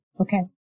okay